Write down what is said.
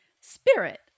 Spirit